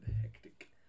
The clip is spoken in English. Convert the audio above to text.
hectic